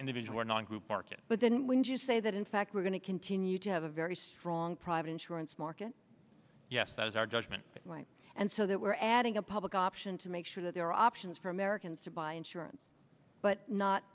individual or non group market but then when you say that in fact we're going to continue to have a very strong private insurance market yes that is our judgment and so that we're adding a public option to make sure that there are options for americans to buy insurance but not